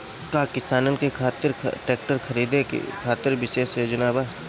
का किसानन के खातिर ट्रैक्टर खरीदे खातिर विशेष योजनाएं बा?